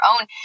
own